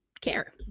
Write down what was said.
care